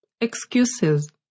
Excuses